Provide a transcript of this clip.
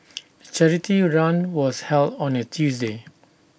the charity run was held on A Tuesday